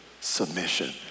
submission